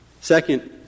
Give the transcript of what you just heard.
Second